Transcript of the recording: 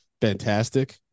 Fantastic